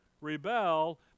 Rebel